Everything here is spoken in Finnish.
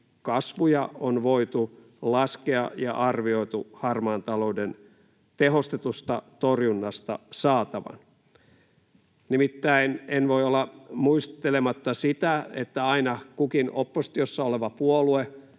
kasvuja on voitu laskea ja arvioitu harmaan talouden tehostetusta torjunnasta saatavan. Nimittäin en voi olla muistelematta sitä, että aina kukin oppositiossa oleva puolue,